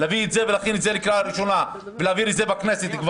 להכין את זה לקריאה ראשונה ולהעביר את זה בכנסת.